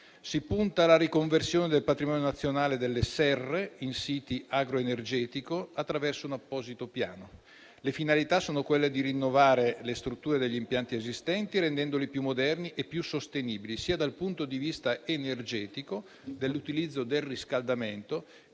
Si punta alla riconversione del patrimonio nazionale delle serre in siti agroenergetici attraverso un apposito piano. Le finalità sono quelle di rinnovare le strutture degli impianti esistenti, rendendoli più moderni e più sostenibili dal punto di vista energetico e dell'utilizzo del riscaldamento